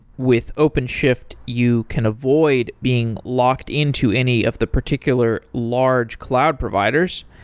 with openshift, you can avoid being locked into any of the particular large cloud providers.